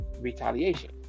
retaliation